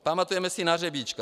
Pamatujeme si na Řebíčka.